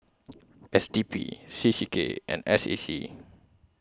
S D P C C K and S A C